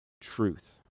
truth